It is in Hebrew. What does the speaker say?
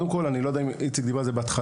אני לא יודע אם איציק דיבר על זה בהתחלה.